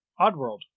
Oddworld